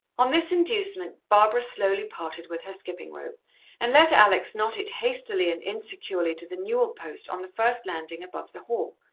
on this inducement barbara slowly parted with her skipping-rope and let alex knot it hastily and insecurely to the newel post on the first landing above the hall.